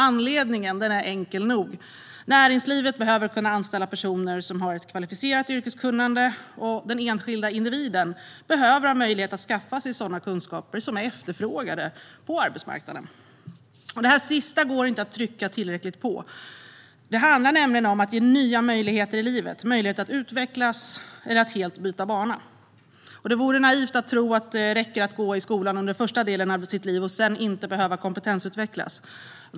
Anledningen är enkel nog: Näringslivet behöver kunna anställa personer som har ett kvalificerat yrkeskunnande, och den enskilda individen behöver ha möjlighet att skaffa sig kunskaper som är efterfrågade på arbetsmarknaden. Det sistnämnda kan inte nog betonas. Det handlar nämligen om att ge människor nya möjligheter i livet - möjlighet att utvecklas eller helt byta bana. Det vore naivt att tro att tro att det räcker att gå i skolan under den första delen av sitt liv och sedan inte behöva kompetensutvecklas.